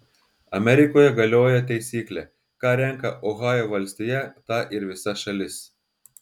amerikoje galioja taisyklė ką renka ohajo valstija tą ir visa šalis